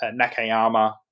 Nakayama